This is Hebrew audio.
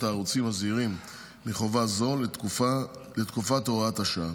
הערוצים הזעירים מחובה זו לתקופת הוראת השעה,